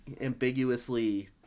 ambiguously